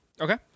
Okay